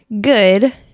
good